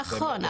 נכון.